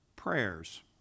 Prayers